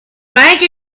bank